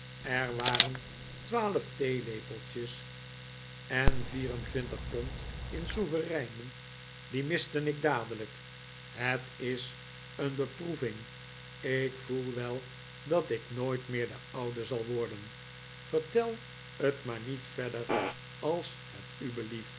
er waren twaalf theelepeltjes en vier en twintig pond in souvereinen die miste ik dadelijk het is een beproeving ik voel wel dat ik nooit meer de oude zal worden vertel het maar niet verder als het u belieft